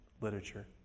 literature